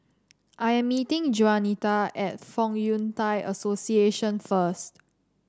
I am meeting Juanita at Fong Yun Thai Association first